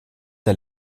der